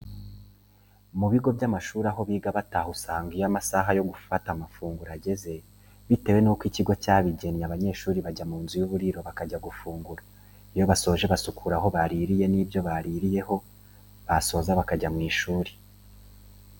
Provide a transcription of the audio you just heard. Mu bigo by'amashuri aho biga bataha usanga iyo amasaha yo gufata amafunguro ajyeze bitewe nuko icyigo cyabijyennye abanyeshuri bajya mu nzu y'uburiro bakajya gufungura ,iyo basoje basukura aho baririye n'ibyo baririyeho basoza bakajya mu ishuri.